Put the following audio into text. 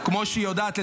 כמו שהיא יודעת לדבר,